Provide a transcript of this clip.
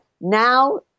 now